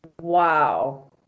Wow